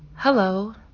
hello